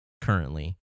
currently